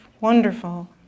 wonderful